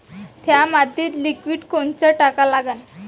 थ्या मातीत लिक्विड कोनचं टाका लागन?